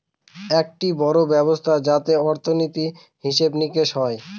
একটি বড়ো ব্যবস্থা যাতে অর্থনীতি, হিসেব নিকেশ হয়